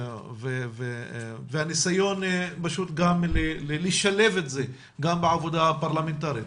והניסיון גם לשלב את זה בעבודה פרלמנטרית,